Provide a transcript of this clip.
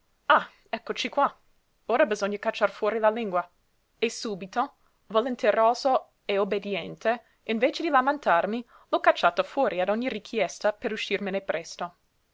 ah eccoci qua ora bisogna cacciar fuori la lingua e subito volenteroso e obbediente invece di lamentarmi lho cacciata fuori a ogni richiesta per uscirmene presto